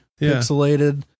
pixelated